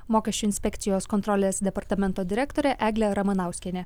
mokesčių inspekcijos kontrolės departamento direktorė eglė ramanauskienė